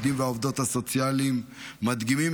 העובדים והעובדות הסוציאליים מדגימים